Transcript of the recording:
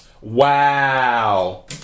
Wow